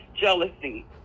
jealousy